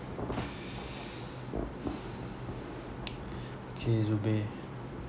okay zubir